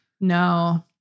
No